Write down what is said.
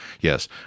Yes